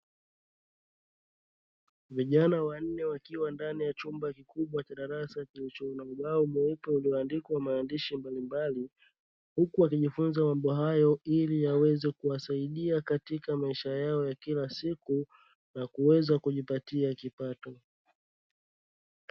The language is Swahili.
Vijana wanne wakiwa ndani ya chumba kikubwa cha darasa kilicho na ubao mweupe ulioandikwa maandishi mbalimbali, huku wakijifunza mambo hayo ili yaweze kuwasaidia katika maisha yao ya kila siku na kuweza kujipatia kipato.